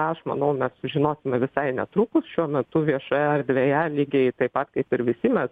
aš manau mes sužinosime visai netrukus šiuo metu viešoje erdvėje lygiai taip pat kaip ir visi mes